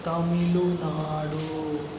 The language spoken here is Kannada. ತಮಿಳುನಾಡು